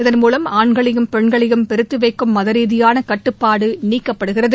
இதன்மூலம் ஆண்களையும் பெண்களையும் பிரித்து வைக்கும் மதரீதியான கட்டுப்பாடு நீக்கப்படுகிறது